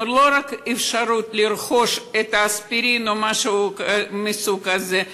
לא רק אפשרות לרכוש אספירין או משהו מסוג כזה,